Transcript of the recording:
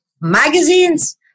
magazines